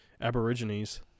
aborigines